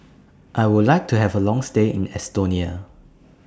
I Would like to Have A Long stay in Estonia